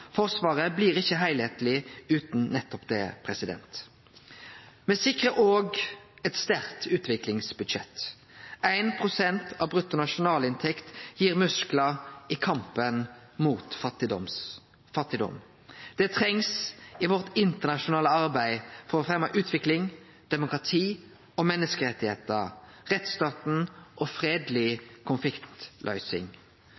Forsvaret blir ikkje heilskapleg utan nettopp det. Me sikrar også eit sterkt utviklingsbudsjett. 1 pst. av bruttonasjonalinntekt gir musklar i kampen mot fattigdom. Det trengst i vårt internasjonale arbeid for å fremje utvikling, demokrati og menneskerettar, rettsstaten og